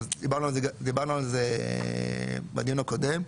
דיברנו על זה בדיון הקודם,